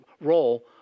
role